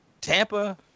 Tampa